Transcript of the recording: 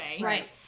Right